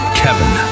kevin